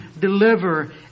deliver